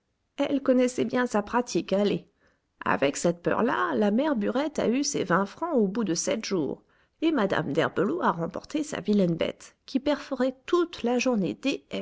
elle connaissait bien sa pratique allez avec cette peur là la mère burette a eu ses vingt francs au bout de sept jours et mme d'herbelot a remporté sa vilaine bête qui perforait toute la journée